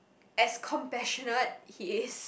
as compassionate he is